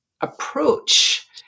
approach